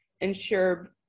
ensure